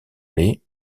les